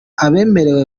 abemerewe